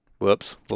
Whoops